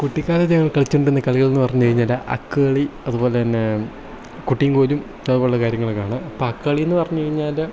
കുട്ടിക്കാലത്തു ഞങ്ങൾ കളിച്ചുകൊണ്ടിരുന്ന കളികളെന്ന് പറഞ്ഞുകഴിഞ്ഞാൽ അക്കുകളി അതുപോലെതന്നെ കുട്ടിയും കോലും അതുപോലെയുള്ള കാര്യങ്ങളൊക്കെയാണ് അപ്പോൾ അക്കുകളിയെന്ന് പറഞ്ഞുകഴിഞ്ഞാൽ